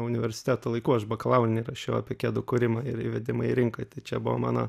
universiteto laikų aš bakalaurinį rašiau apie kedų kūrimą ir įvedimą į rinką tai čia buvo mano